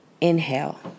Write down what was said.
Inhale